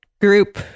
group